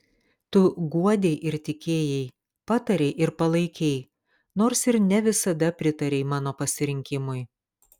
tu guodei ir tikėjai patarei ir palaikei nors ir ne visada pritarei mano pasirinkimui